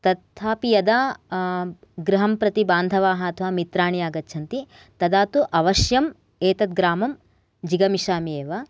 तथापि यदा ग्रहं प्रति बान्धवाः अथवा मित्राणि आगच्छन्ति तदा तु अवश्यम् एतद् ग्रामं जिगमिष्यामि एव